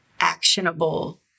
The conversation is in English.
actionable